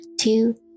two